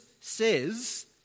says